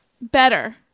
better